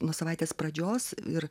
nuo savaitės pradžios ir